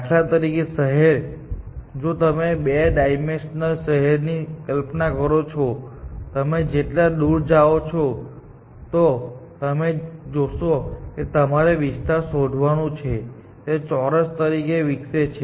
દાખલા તરીકે શહેર જો તમે 2 ડાઈમેન્શનલ શહેર ની કલ્પના કરો છો તમે જેટલા દૂર જાઓ છો તો તમે જોશો કે તમારે જે વિસ્તારને શોધવાનું છે તે ચોરસ તરીકે વિકસે છે